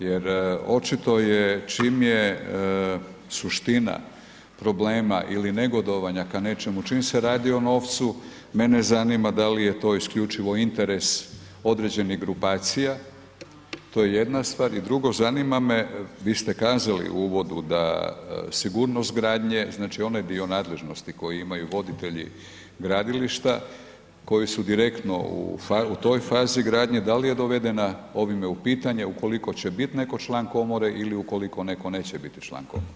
Jer očito je čim je suština problema ili negodovanja ka nečemu čim se radi o novcu, mene zanima da li je to isključivo interes određenih grupacija to je jedna stvar i drugo zanima me, vi ste kazali u uvodu da sigurnost gradnje, znači onaj dio nadležnosti koji imaju voditelji gradilišta, koji su direktno u toj fazi gradnje, da li je dovedena ovime u pitanje ukoliko će bit netko član komore ili ukoliko netko neće biti član komore?